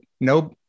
no